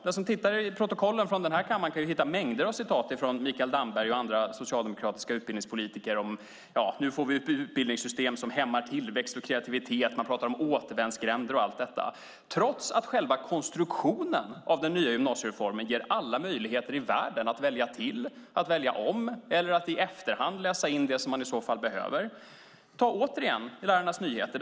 Den som tittar i protokollen från den här kammaren kan hitta mängder av citat från Mikael Damberg och andra socialdemokratiska utbildningspolitiker som säger att nu får vi ett utbildningssystem som hämmar tillväxt och kreativitet. Man pratar om återvändsgränder och allt detta, trots att själva konstruktionen av den nya gymnasiereformen ger alla möjligheter i världen att välja till, att välja om eller att i efterhand läsa in det som man i så fall behöver. Ta återigen Lärarnas Nyheter.